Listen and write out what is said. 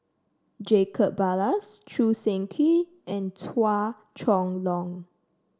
Jacob Ballas Choo Seng Quee and Chua Chong Long